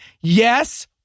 Yes